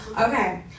Okay